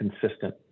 consistent